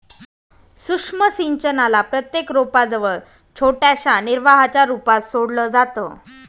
सूक्ष्म सिंचनाला प्रत्येक रोपा जवळ छोट्याशा निर्वाहाच्या रूपात सोडलं जातं